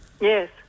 Yes